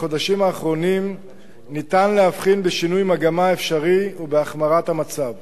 בחודשים האחרונים ניתן להבחין בשינוי מגמה אפשרי ובהחמרת המצב.